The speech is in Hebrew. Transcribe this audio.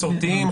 מסורתיים,